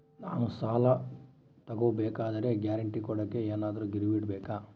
ನಾನು ಸಾಲ ತಗೋಬೇಕಾದರೆ ಗ್ಯಾರಂಟಿ ಕೊಡೋಕೆ ಏನಾದ್ರೂ ಗಿರಿವಿ ಇಡಬೇಕಾ?